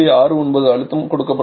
69 bar அழுத்தம் கொடுக்கப்படுகிறது